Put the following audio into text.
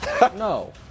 no